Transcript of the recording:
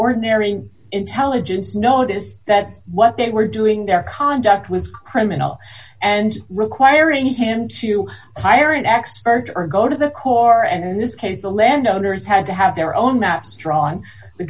ordinary intelligence notice that what they were doing their conduct was criminal and requiring him to hire an expert or go to the core and in this case the landowners had to have their own maps drawn t